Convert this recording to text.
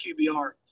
qbr